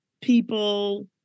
people